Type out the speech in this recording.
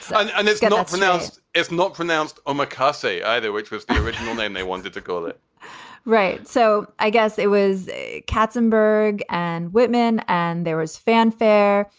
and and it's going ah to announce it's not pronounced on mccaskey either, which was the original name they wanted to call it right. so i guess it was a katzenberg and women and there was fanfare.